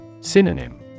Synonym